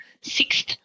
sixth